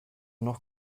noch